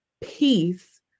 peace